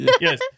Yes